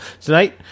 Tonight